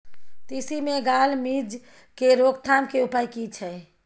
तिसी मे गाल मिज़ के रोकथाम के उपाय की छै?